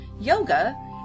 yoga